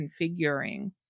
configuring